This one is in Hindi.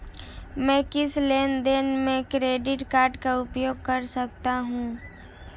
मैं किस लेनदेन में क्रेडिट कार्ड का उपयोग कर सकता हूं?